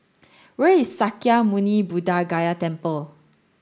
where is Sakya Muni Buddha Gaya Temple